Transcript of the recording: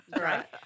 right